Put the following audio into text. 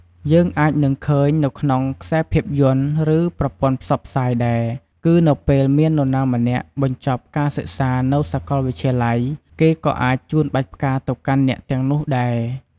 យើងអាចនឹងឃើញ នៅក្នុងខ្សែភាពយន្ត ឬ ប្រព័ន្ធផ្សព្វផ្សាយដែរ គឺនៅពេលមាននរណាម្នាក់បញ្ចប់ការសិក្សានៅសកលវិទ្យាល័យ គេក៏អាចជូនបាច់ផ្កាទៅកាន់អ្នកទាំងនោះដែរ។